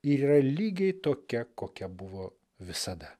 ir yra lygiai tokia kokia buvo visada